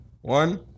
One